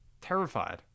terrified